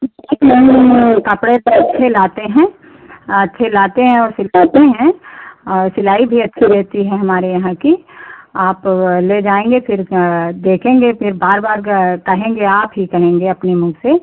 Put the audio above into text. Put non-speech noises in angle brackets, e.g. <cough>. <unintelligible> नहीं कपड़े तो अच्छे लाते हैं अच्छे लाते हैं और सिलाते हैं और सिलाई भी अच्छी रहती है हमारे यहाँ की आप वो ले जाएँगे फिर देखेंगे फिर बार बार कहेंगे आप ही कहेंगे अपने मुँह से